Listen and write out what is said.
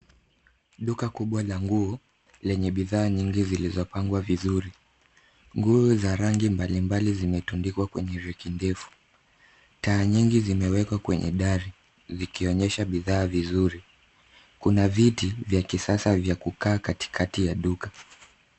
Duka kubwa la nguo, lenye bidhaa nyingi zilizopangwa vizuri. Nguo za rangi mbalimbali zimetundikwa kwenye reki ndefu. Taa nyingi zimewekwa kwenye dari likionyesha bidhaa vizuri. Kuna viti vya kisasa vya kukaa katikati ya duka